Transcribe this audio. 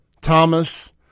Thomas